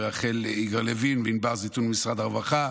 לרחל יגאל לוין וענבר זייתון ממשרד הרווחה,